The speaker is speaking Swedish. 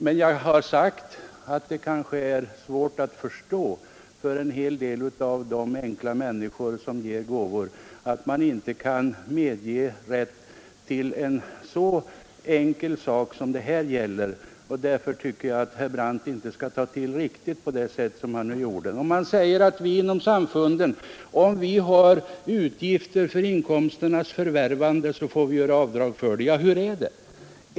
Men jag har sagt att det kanske för en hel del av de enkla människor som ger gåvor är svårt att förstå att man inte kan medges rätt till en så enkel sak som det här gäller. Jag tycker därför inte att herr Brandt skall ta i på det sätt som han nyss gjorde. Herr Brandt sade att om vi inom samfunden har utgifter för inkomsternas förvärvande så får vi göra avdrag för dem. Ja, hur är det?